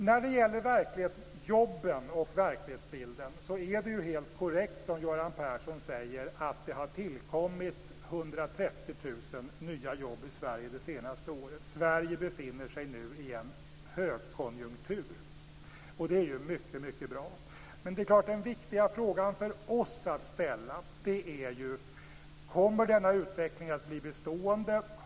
När det gäller jobben och verklighetsbilden är det helt korrekt som Göran Persson säger: Det har tillkommit 130 000 nya jobb i Sverige det senaste året. Sverige befinner sig nu i en högkonjunktur, och det är ju mycket bra. Men de viktiga frågorna för oss är: Kommer denna utveckling att bli bestående?